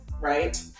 Right